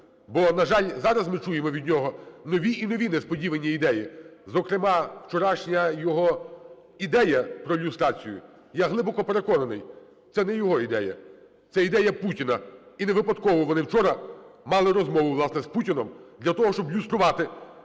Бо, на жаль, ми чуємо від нього нові і нові несподівані ідеї, зокрема, вчорашня його ідея про люстрацію, я глибоко переконаний, це не його ідея - це ідея Путіна. І невипадково вони вчора мали розмову, власне, з Путіним для того, щоб люструвати